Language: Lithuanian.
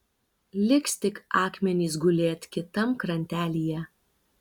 liks tik akmenys gulėt kitam krantelyje